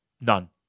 None